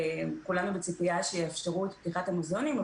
כולנו בציפייה שיאפשרו את פתיחת המוזיאונים,